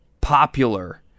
popular